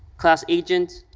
class agent,